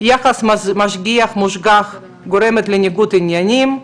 יחס משגיח-מושגח גורם לניגוד עניינים,